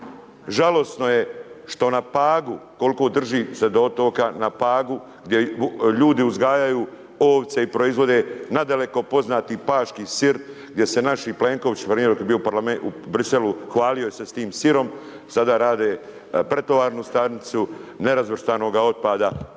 Žalosno je što na Pagu, koliko drži se do otoka, na Pagu gdje ljudi uzgajaju ovce i proizvode nadaleko poznati paški sir, gdje se naši Plenkovići .../Govornik se ne razumije./... dok je bio u Briselu, hvalio se s tim sirom, sada rade pretovarnu stanicu nerazvrstanoga otpada